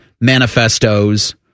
manifestos